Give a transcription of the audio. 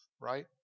right